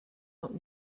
out